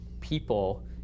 people